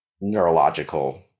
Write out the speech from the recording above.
neurological